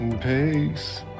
Peace